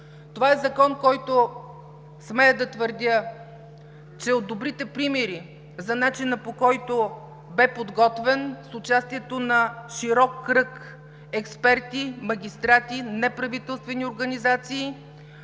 Това е Закон, който смея да твърдя, че е от добрите примери за начина, по който бе подготвен – с участието на широк кръг експерти, магистрати, неправителствени организации,